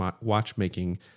watchmaking